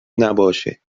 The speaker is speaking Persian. نباشه